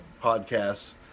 podcasts